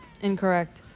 Incorrect